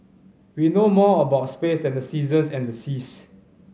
we know more about space than the seasons and the seas